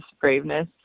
braveness